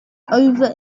over